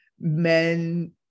men